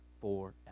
forever